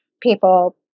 people